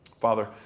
Father